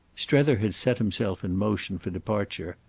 strether had set himself in motion for departure,